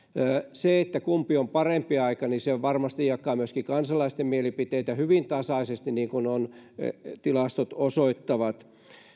se kumpi on parempi aika varmasti jakaa myöskin kansalaisten mielipiteitä hyvin tasaisesti niin kuin tilastot osoittavat